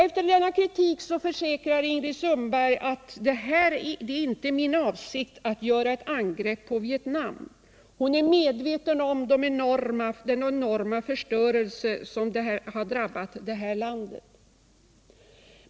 Efter denna kritik försäkrar Ingrid Sundberg att det inte är hennes avsikt att göra något angrepp på Vietnam. Hon säger sig vara medveten om den enorma förstörelse som drabbat landet.